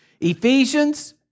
Ephesians